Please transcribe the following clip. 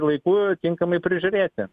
laiku tinkamai prižiūrėti